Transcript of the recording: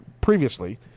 previously